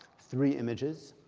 three images.